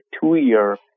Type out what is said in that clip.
two-year